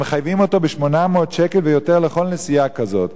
ומחייבים אותו ב-800 שקל ויותר לכל נסיעה כזאת,